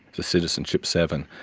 the citizenship seven.